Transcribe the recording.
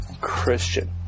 Christian